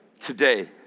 Today